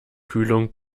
kühlung